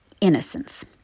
Innocence